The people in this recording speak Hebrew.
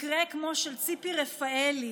מקרה כמו של ציפי רפאלי,